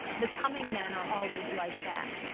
the coming men are always like that.